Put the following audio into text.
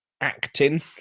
acting